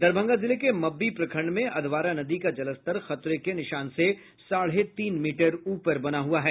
दरभंगा जिले के मब्बी प्रखंड में अधवारा नदी का जलस्तर खतरे के निशान से साढ़े तीन मीटर ऊपर बना हुआ है